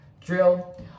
drill